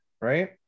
Right